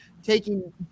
taking